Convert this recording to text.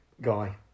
guy